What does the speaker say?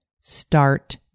Start